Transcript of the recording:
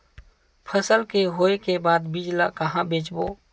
फसल के होय के बाद बीज ला कहां बेचबो?